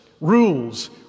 rules